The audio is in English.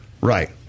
Right